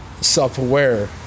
self-aware